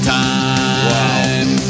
time